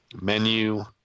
menu